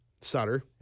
Sutter